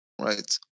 right